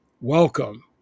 welcome